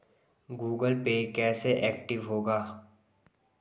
Google Pay कैसे active होगा?